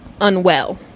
Unwell